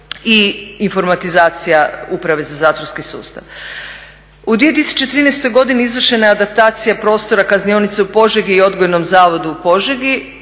i informatizacija uprave za zatvorski sustav. U 2013. godini izvršena je adaptacija prostora kaznionice u Požegi i Odgojnom zavodu u Požegi